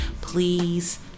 Please